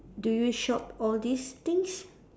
do you shop all these things